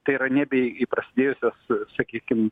tai yra nebe į prasidėjusius sakykim